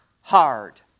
hard